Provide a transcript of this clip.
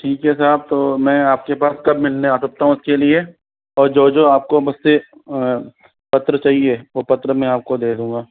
ठीक है साहब तो मैं आपके पास कब मिलने आ सकता हूँ उसके लिए और जो जो आपको मुझसे पत्र चाहिए वह पत्र मैं आपको दे दूँगा